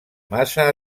massa